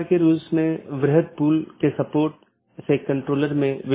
BGP चयन एक महत्वपूर्ण चीज है BGP एक पाथ वेक्टर प्रोटोकॉल है जैसा हमने चर्चा की